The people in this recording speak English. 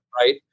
Right